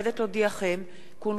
כי הונחו היום על שולחן הכנסת,